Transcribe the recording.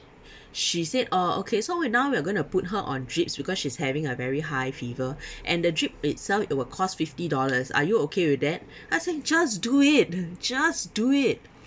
she said oh okay so we're now we're going to put her on drips because she's having a very high fever and the drip itself it would cost fifty dollars are you okay with that I say just do it just do it